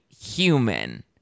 human